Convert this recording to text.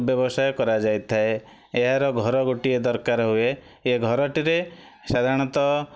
ବ୍ୟବସାୟ କରାଯାଇଥାଏ ଏହାର ଘର ଗୋଟିଏ ଦରକାର ହୁଏ ଏ ଘରଟିରେ ସାଧାରଣତଃ